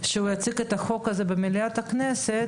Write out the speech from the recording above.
שכאשר הוא יציג את החוק הזה במליאת הכנסת,